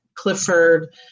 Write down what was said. Clifford